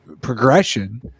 progression